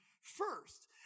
first